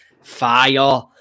fire